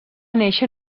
néixer